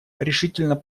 решительно